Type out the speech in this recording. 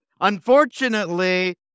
Unfortunately